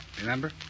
Remember